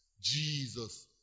Jesus